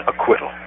acquittal